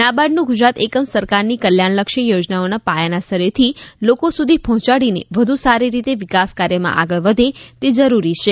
નાબાર્ડનુ ગુજરાત એકમ સરકારની કલ્યાણલક્ષી યોજનાઓને પાયાના સ્તરેથી લોકો સુધી પહોંચાડીને વધુ સારી રીતે વિકાસ કાર્યમાં આગળ વધે તે જરૂરી છે